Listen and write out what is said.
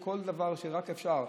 כל דבר שרק אפשר,